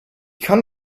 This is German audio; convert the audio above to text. kann